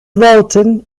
worten